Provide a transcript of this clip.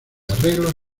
arreglos